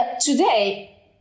today